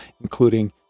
including